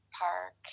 park